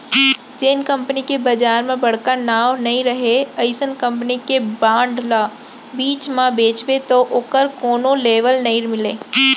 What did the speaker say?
जेन कंपनी के बजार म बड़का नांव नइ रहय अइसन कंपनी के बांड ल बीच म बेचबे तौ ओकर कोनो लेवाल नइ मिलय